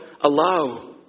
allow